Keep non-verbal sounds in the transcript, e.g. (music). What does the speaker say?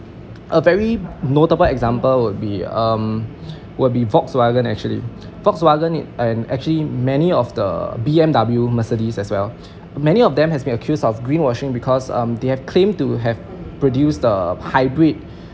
a very notable example would be um would be volkswagen actually volkswagen and actually many of the uh B_M_W mercedes as well many of them have been accused of green washing because um they have claimed to have produced the hybrid (breath)